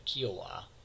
Kiowa